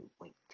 wait